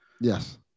Yes